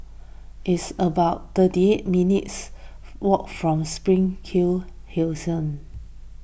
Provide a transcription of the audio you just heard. it's about thirty eight minutes' walk from Springhill Crescent